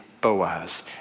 Boaz